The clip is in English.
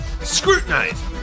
scrutinize